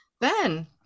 Ben